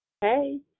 Hey